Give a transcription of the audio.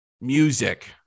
music